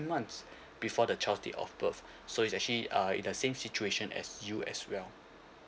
months before the child's date of birth so it's actually uh in the same situation as you as well